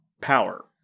power